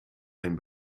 ein